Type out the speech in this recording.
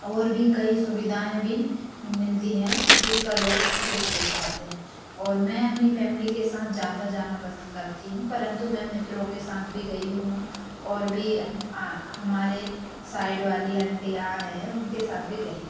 और भी कई सुविधाएँ भी मिलती हैं जिसका लोग लुत्फ़ उठाते हैं और मैं अपनी फ़ैमिली के साथ ज़्यादा जाना पसन्द करती हूँ परन्तु मैं मित्रों के साथ भी गई हूँ और भी हमारे साइड वाली आन्टियाँ हैं उनके साथ भी गई हूँ